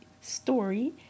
Story